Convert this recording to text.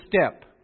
step